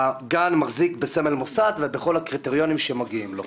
הגן מחזיק בסמל מוסד ובכל הקריטריונים שמגיעים לו.